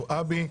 הכנסת.